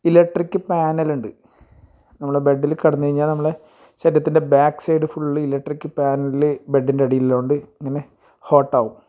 electric പാനലുണ്ട് നമ്മൾ ബെഡ്ഡിൽ കിടന്ന് കഴിഞ്ഞാൽ നമ്മളെ ശരീരത്തിൻ്റെ back side full electric panel ബെഡ്ഡിൻ്റടീയിലെല്ലാവുണ്ട് ഇങ്ങനെ ഹോട്ടാവും